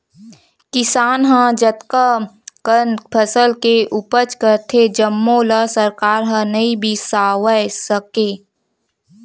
किसान ह जतना कन फसल के उपज करथे जम्मो ल सरकार ह नइ बिसावय सके